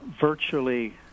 virtually